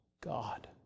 God